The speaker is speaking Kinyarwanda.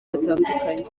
hatandukanye